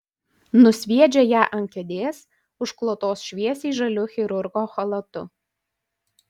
nusviedžia ją ant kėdės užklotos šviesiai žaliu chirurgo chalatu